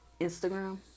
instagram